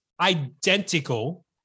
identical